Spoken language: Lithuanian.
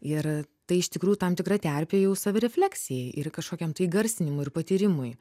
ir tai iš tikrųjų tam tikra terpė jau savirefleksijai ir kažkokiam tai įgarsinimui ir patyrimui